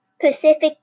Pacific